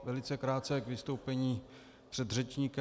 Velice krátce k vystoupení předřečníka.